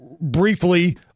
briefly